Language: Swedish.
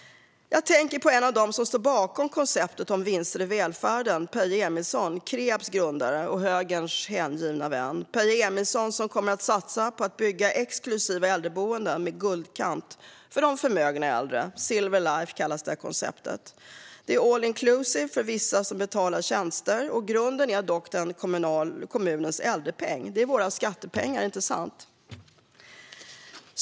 Jag tänker på en av dem som står bakom konceptet om vinster i välfärden, Kreabs grundare och högerns hängivna vän Peje Emilsson. Han kommer att satsa på att bygga exklusiva äldreboenden med guldkant för de förmögna äldre. Konceptet kallas Silver Life. Det är all inclusive för vissa som betalar tjänster. Grunden är dock kommunens äldrepeng. Det är våra skattepengar, inte sant?